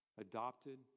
Adopted